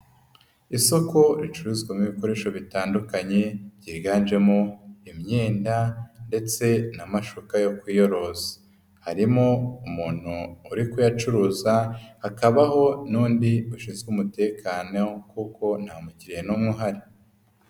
Isoko ricuruzwamo ibikoresho bitandukanye, byiganjemo imyenda ndetse n'amashuka yo kwiyorosa, harimo umuntu uri kuyacuruza, hakabaho n'undi ushinzwe umutekano kuko nta mukiriya n'umwe uhari.